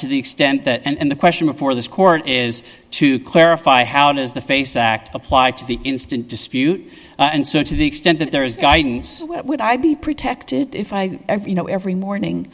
to the extent that and the question before this court is to clarify how does the face act apply to the instant dispute and so to the extent that there is guidance would i be protected if i you know every morning